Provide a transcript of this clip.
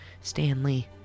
Stanley